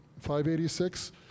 586